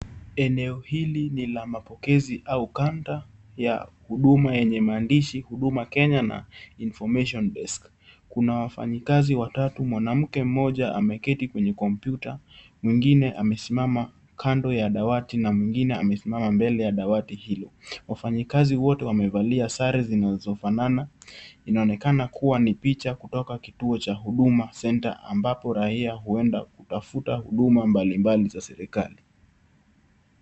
Eneo hili lina mapokezi au kanta ya huduma yenye maandishi Huduma Kenya na information basic . Kuna wafanyikazi watatu, mwanamke mmoja ameketi kwenye kompyuta, mwingine amesimama kando ya dawati na mwingine amesimama mbele ya dawati hili. Wafanyikazi wote wamevalia sare zinazofanana, inaonekana kuwa ni picha kutoka kituo cha Huduma center ambapo raia huenda kutafuta huduma mbali mbali za serikali.